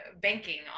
banking